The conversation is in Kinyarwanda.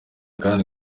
kandi